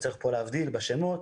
וצריך פה להבדיל בשמות,